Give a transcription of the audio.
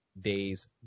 Days